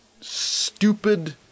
stupid